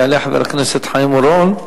יעלה חבר הכנסת חיים אורון.